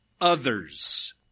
others